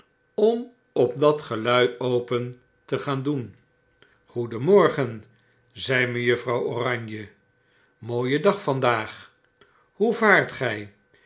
om op dat gelui open te gaan doen groedenmorgen zei mejuffrouw oranje mooi dag vandaag hoe vaart gg